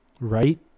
Right